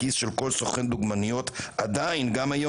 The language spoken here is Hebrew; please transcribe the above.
בכיס של כל סוכן דוגמניות גם היום.